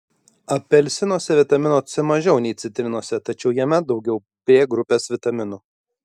apelsinuose vitamino c mažiau nei citrinose tačiau jame daugiau b grupės vitaminų